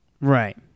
Right